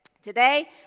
Today